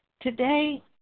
Today